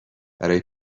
برای